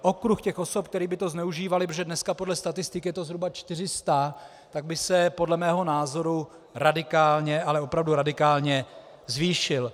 Okruh těch osob, které by to zneužívaly, protože dneska podle statistik je to zhruba 400, tak by se podle mého názoru radikálně, ale opravdu radikálně zvýšil.